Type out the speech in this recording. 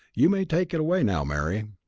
you may take it away now, mary.